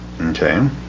Okay